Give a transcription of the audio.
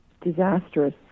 disastrous